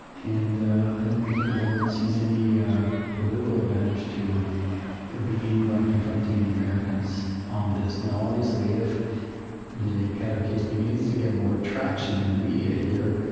and i don't think the government sees any political advantage to be gained by confronting the americans on this. now obviously if the khadr case begins to get more traction in the media here,